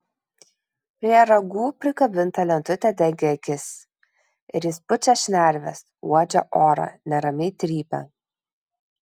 prie ragų prikabinta lentutė dengia akis ir jis pučia šnerves uodžia orą neramiai trypia